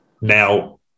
Now